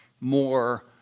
more